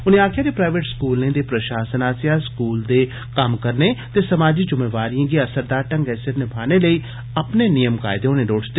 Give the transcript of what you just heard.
उनें आक्खेआ जे प्राईवेट स्कूलें दे प्रशासन आसेया स्कूल दे कम्म करने ते समाजी जुम्मेवारिए गी असदार ढ़ंगै सिर निमाने लेई अपने नियम कायदे होने लोड़चदे